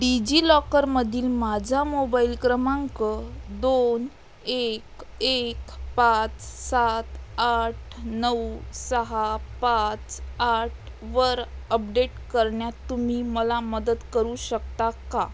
डिजिलॉकरमधील माझा मोबाईल क्रमांक दोन एक एक पाच सात आठ नऊ सहा पाच आठ वर अपडेट करण्यात तुम्ही मला मदत करू शकता का